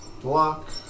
block